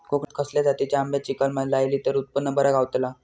कोकणात खसल्या जातीच्या आंब्याची कलमा लायली तर उत्पन बरा गावताला?